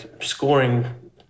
scoring